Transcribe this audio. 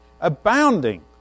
Abounding